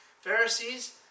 Pharisees